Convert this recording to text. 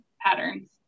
patterns